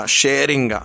sharing